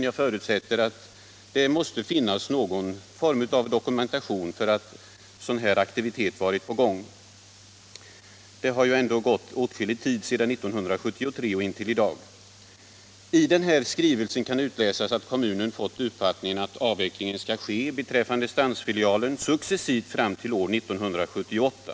Jag förutsätter att det finns någon 124 form av dokumentation, om sådan aktivitet varit på gång. Det har ju Av skrivelsen kan utläsas att kommunen fått uppfattningen att av Torsdagen den vecklingen av stansfilialen skall ske successivt fram till 1978.